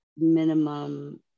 minimum